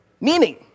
meaning